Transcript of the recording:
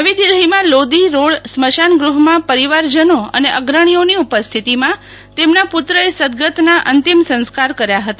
નવી દિલ્ફીમાં લોદી રોડ સ્મશાનગૃહમાં પરિવારજનો અને અગ્રણીઓની ઉપસ્થિતિમાં તેમના પુત્રએ સદગતના અંતિમ સંસ્કાર કર્યા હતા